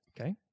Okay